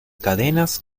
cadenas